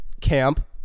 camp